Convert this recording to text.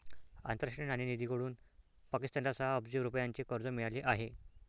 आंतरराष्ट्रीय नाणेनिधीकडून पाकिस्तानला सहा अब्ज रुपयांचे कर्ज मिळाले आहे